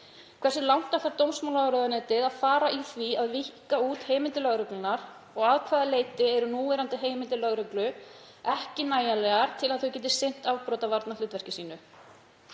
Hversu langt ætlar dómsmálaráðuneytið að fara í því að víkka út heimildir lögreglunnar og að hvaða leyti eru núverandi heimildir lögreglu ekki nægjanlegar til að hún geti sinnt afbrotavarnahlutverki sínu?